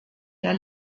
der